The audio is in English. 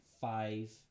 five